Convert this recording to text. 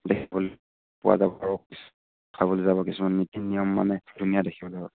দেখিবলৈ পোৱা যাব খাবলৈ যাব কিছুমান নীতি নিয়ম মানে ধুনীয়া দেখিবলৈ